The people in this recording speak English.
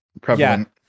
prevalent